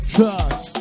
Trust